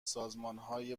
سازمانهای